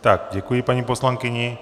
Tak děkuji paní poslankyni.